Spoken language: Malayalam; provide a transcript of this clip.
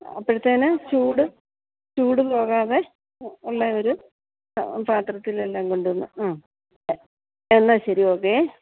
അപ്പോഴത്തേക്ക് ചൂട് ചൂട് പോവാതെ ഉള്ള ഒരു പാത്രത്തിലെല്ലാം കൊണ്ടു വന്നു ആ എന്നാൽ ശരി ഓക്കെ